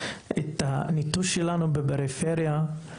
את הנטישה שלנו בפריפריה.